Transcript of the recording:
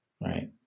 right